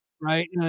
right